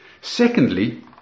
Secondly